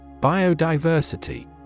Biodiversity